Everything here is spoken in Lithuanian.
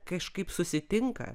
kažkaip susitinka